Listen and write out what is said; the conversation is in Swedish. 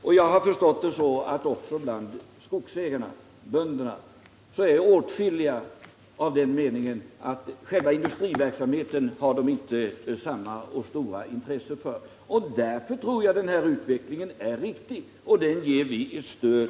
Och jag har förstått det så att det bland skogsägarna — bönderna —är åtskilliga som inte har samma stora intresse för industriverksamheten. Därför tror jag att denna utveckling är den riktiga, och den ger vi vårt stöd.